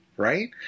right